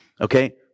Okay